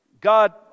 God